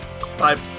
Bye